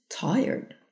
tired